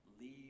leave